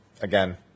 Again